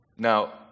Now